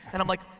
and i'm like,